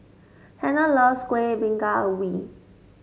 Tanner loves Kuih Bingka Ubi